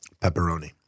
Pepperoni